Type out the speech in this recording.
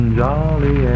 jolly